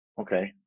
Okay